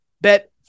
bet